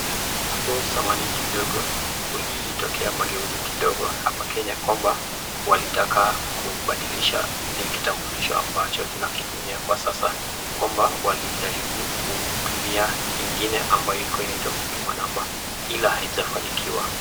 Hapo zamani kidogo, kulitokea mageuzi kidogo hapa kenya kwamba walitaka kubadilisha ile kitambulisho ambacho tunakitumia kwa sasa, kwamba walijaribu kutumia ingine ambayo inaitwa huduma namba ila haijafanikiwa.